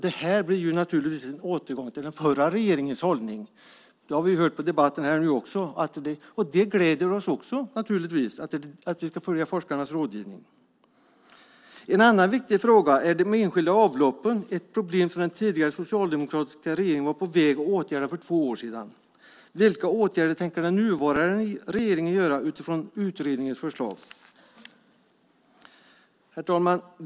Det här blir en återgång till den förra regeringens hållning, vilket vi också har hört på debatten här. Det gläder oss naturligtvis att vi ska följa forskarnas rådgivning. En annan viktig fråga är de enskilda avloppen. Det är ett problem som den tidigare socialdemokratiska regeringen var på väg att åtgärda för två år sedan. Vilka åtgärder tänker den nuvarande regeringen vidta utifrån utredningens förslag? Herr talman!